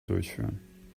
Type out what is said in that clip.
durchführen